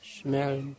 smell